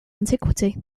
antiquity